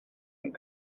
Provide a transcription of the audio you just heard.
and